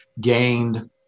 gained